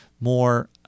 more